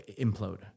implode